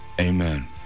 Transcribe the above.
amen